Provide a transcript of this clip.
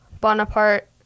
Bonaparte